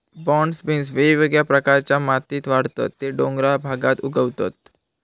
broad beans वेगवेगळ्या प्रकारच्या मातीत वाढतत ते डोंगराळ भागात उगवतत